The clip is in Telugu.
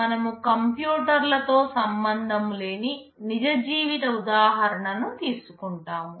మనము కంప్యూటర్లతో సంబంధము లేని నిజ జీవిత ఉదాహరణ ను తీసుకుంటాము